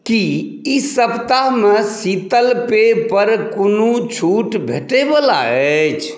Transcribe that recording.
की ई सप्ताहमे शीतल पेय पर कोनो छूट भेटय बला अछि